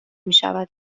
میشود